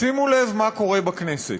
שימו לב מה קורה בכנסת: